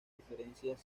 diferencias